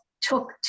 took